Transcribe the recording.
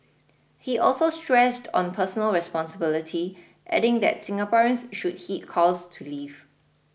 he also stressed on personal responsibility adding that Singaporeans should heed calls to leave